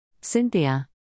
Cynthia